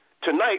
Tonight